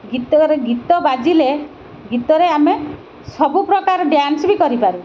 ଗୀତରେ ଗୀତ ବାଜିଲେ ଗୀତରେ ଆମେ ସବୁପ୍ରକାର ଡ୍ୟାନ୍ସ ବି କରିପାରୁ